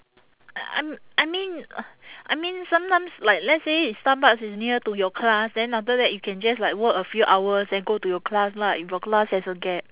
um I mean uh I mean sometimes like let's say if Starbucks is near to your class then after that you can just like work a few hours then go to your class lah if your class has a gap